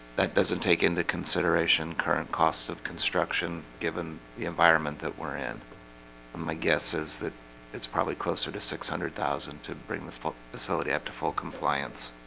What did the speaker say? that doesn't take into consideration current cost of construction given the environment that we're in my guess is that it's probably closer to six hundred thousand to bring the facility up to full compliance